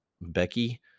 Becky